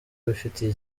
bifitiye